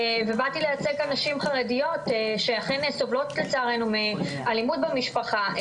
ובאתי לייצג כאן נשים חרדיות שאכן סובלות לצערנו מאלימות במשפחה.